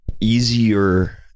easier